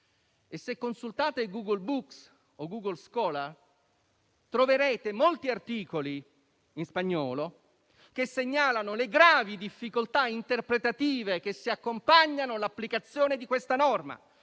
Se consultate Google Books o Google Scholar, troverete molti articoli in spagnolo che segnalano le gravi difficoltà interpretative che si accompagnano all'applicazione di questa norma.